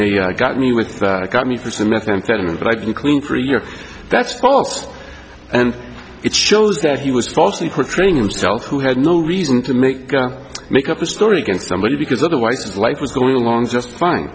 they got me with got me for some methamphetamine but i've been clean for a year that's false and it shows that he was falsely portraying himself who had no reason to make make up a story against somebody because otherwise life was going along just fine